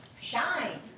Shine